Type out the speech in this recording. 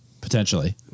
Potentially